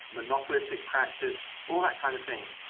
monopolistic practices, all that kind of thing.